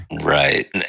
Right